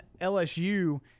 LSU